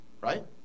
right